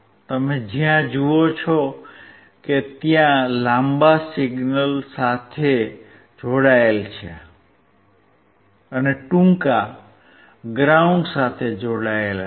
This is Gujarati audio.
તમે જ્યાં જુઓ છો કે ત્યાં લાંબા સિગ્નલ સાથે જોડાયેલ છે અને ટૂંકા ગ્રાઉંડ સાથે જોડાયેલ છે